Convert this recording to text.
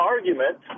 Argument